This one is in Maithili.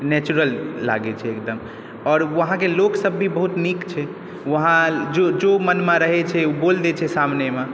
नेचुरल लागै छै एकदम आओर वहाँके लोक सब भी बहुत नीक छै वहाँ जो मोनमे रहै छै ओ बोलि दै छै सामनेमे